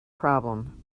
problem